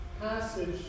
passage